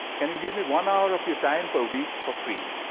can you give me one hour of your time per week for free?